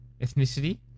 Ethnicity